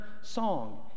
song